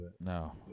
No